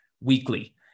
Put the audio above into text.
weekly